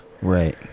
right